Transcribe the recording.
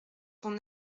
ton